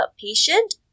patient